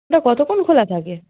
এটা কতোক্ষণ খোলা থাকে